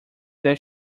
that